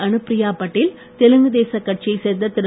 அனுப்பிரியா பட்டேல் தெலுங்கு தேச கட்சியைச் சேர்ந்த திரு